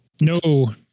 No